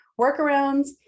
workarounds